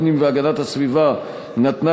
יושבת-ראש ועדת הפנים והגנת הסביבה נתנה